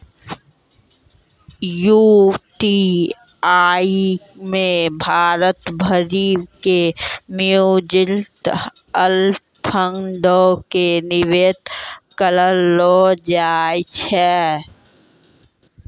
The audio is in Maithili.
यू.टी.आई मे भारत भरि के म्यूचुअल फंडो के निवेश करलो जाय छै